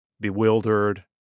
bewildered